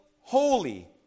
holy